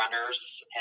runners